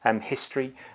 history